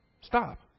Stop